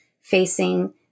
facing